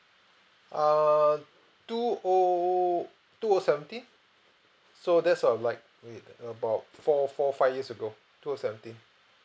err two O two O seventeen so that's um like wait about four four five years ago two O seventeen